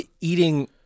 eating